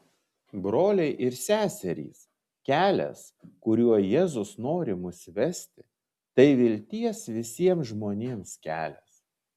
broliai ir seserys kelias kuriuo jėzus nori mus vesti tai vilties visiems žmonėms kelias